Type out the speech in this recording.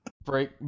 Break